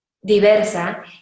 diversa